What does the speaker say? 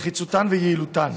נחיצותן ויעילותן.